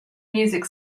music